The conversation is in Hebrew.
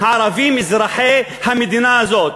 הערבים אזרחי המדינה הזאת.